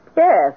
Yes